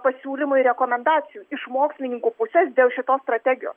pasiūlymų ir rekomendacijų iš mokslininkų pusės dėl šitos strategijos